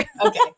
Okay